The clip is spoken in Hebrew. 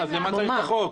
אם כן, למה צריך את החוק?